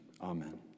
Amen